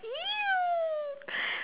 !eww!